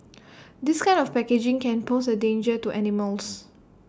this kind of packaging can pose A danger to animals